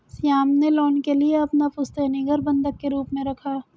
श्याम ने लोन के लिए अपना पुश्तैनी घर बंधक के रूप में रखा